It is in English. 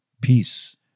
peace